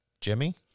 Jimmy